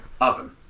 oven